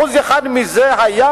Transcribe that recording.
1% מזה היה